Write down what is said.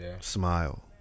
smile